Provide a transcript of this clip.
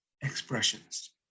expressions